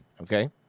okay